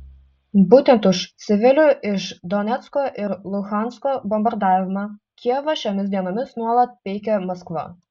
būtent už civilių iš donecko ir luhansko bombardavimą kijevą šiomis dienomis nuolat peikia maskva